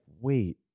wait